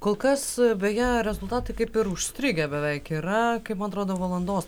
kol kas beje rezultatai kaip ir užstrigę beveik yra kaip man atrodo valandos